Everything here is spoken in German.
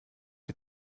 ihr